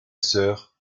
soeur